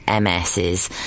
MSs